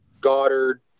Goddard